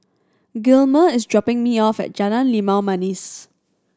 Gilmer is dropping me off at Jalan Limau Manis